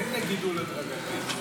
אין גידול הדרגתי,